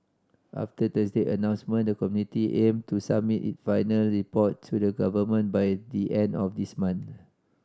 after Thursday announcement the committee aim to submit it final report to the Government by the end of this month